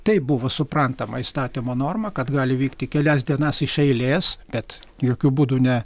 taip buvo suprantama įstatymo norma kad gali vykti kelias dienas iš eilės bet jokiu būdu ne